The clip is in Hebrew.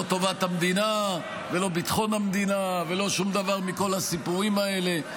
לא טובת המדינה ולא ביטחון המדינה ולא שום דבר מכל הסיפורים האלה.